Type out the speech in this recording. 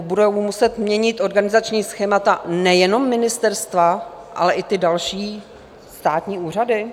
Budou muset měnit organizační schémata nejenom ministerstva, ale i ty další státní úřady?